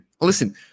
Listen